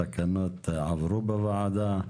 התקנות עברו בוועדה.